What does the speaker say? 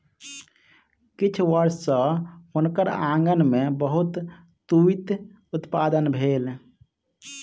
किछ वर्ष सॅ हुनकर आँगन में बहुत तूईत उत्पादन भेल